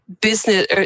business